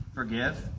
forgive